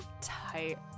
tight